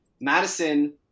Madison